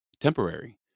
temporary